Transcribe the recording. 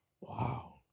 Wow